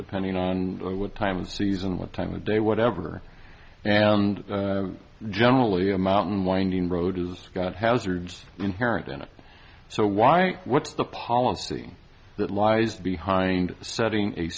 depending on what time of season what time of day whatever and generally a mountain winding road has got hazards inherent in it so why what's the policy that lies behind setting a